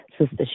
Sister